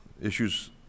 issues